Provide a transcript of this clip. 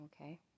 okay